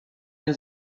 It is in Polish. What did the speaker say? nie